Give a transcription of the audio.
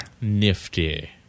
Nifty